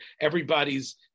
everybody's